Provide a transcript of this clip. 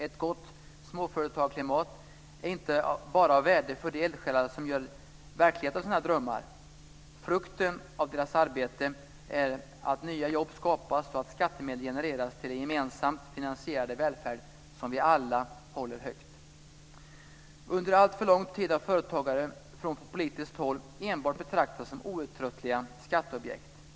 Ett gott småföretagsklimat är inte bara av värde för de eldsjälar som gör verklighet av sina drömmar. Frukten av deras arbete är att nya jobb skapas och att skattemedel genereras till den gemensamt finansierade välfärd som vi alla håller högt. Under alltför lång tid har företagare från politiskt håll betraktats enbart som outtröttliga skatteobjekt.